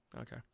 Okay